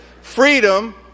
freedom